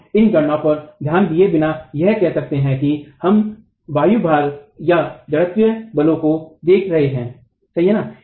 हम इन गणनाओं पर ध्यान दिए बिना यह कह सकते हैं कि क्या हम वायु भार या जड़त्वीय बलों को देख रहे हैं सही है